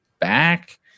back